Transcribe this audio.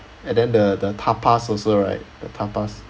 and then the the tapas also right the tapas